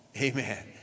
Amen